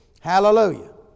Hallelujah